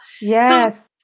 Yes